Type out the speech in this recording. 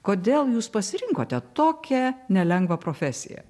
kodėl jūs pasirinkote tokią nelengvą profesiją